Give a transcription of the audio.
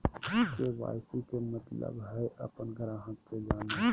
KYC के मतलब हइ अपन ग्राहक के जानो